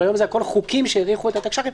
אבל היום זה הכול חוקים שהדיחו את התקש"חים